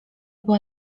była